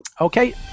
okay